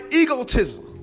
egotism